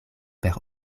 per